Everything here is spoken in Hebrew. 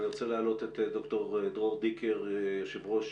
אני רוצה להעלות את ד"ר דרור דיקר, היושב-ראש